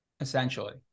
Essentially